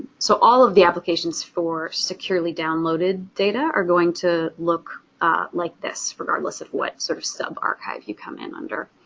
so all of the applications for securely downloaded data are going to look like this regardless of what sort of sub-archive you come in under.